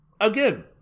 again